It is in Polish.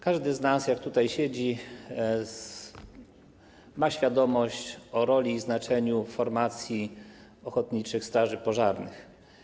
Każdy z nas, jak tutaj siedzimy, ma świadomość roli, znaczenia formacji ochotniczych straży pożarnych.